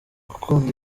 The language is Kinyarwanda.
gukunda